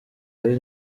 ari